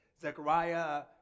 Zechariah